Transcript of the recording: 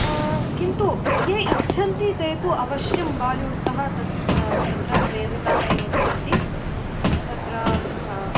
किन्तु ये इच्छन्ति ते तु अवश्यं बालिवुड् तः तस् तत्र प्रेरिताः एव भवन्ति तत्र